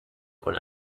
con